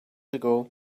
ago